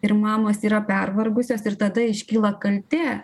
ir mamos yra pervargusios ir tada iškyla kaltė